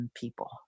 people